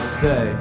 say